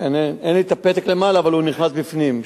אין לי הפתק למעלה אבל הוא נכנס בפנים,